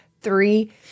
three